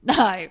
no